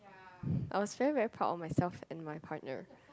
I was very very proud of myself and my partner